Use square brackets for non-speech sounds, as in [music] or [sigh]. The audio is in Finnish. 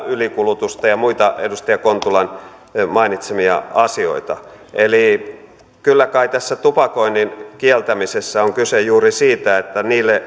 ylikulutusta tai näitä muita edustaja kontulan mainitsemia asioita eli kyllä kai tässä tupakoinnin kieltämisessä on kyse juuri siitä että niille [unintelligible]